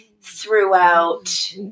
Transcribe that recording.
throughout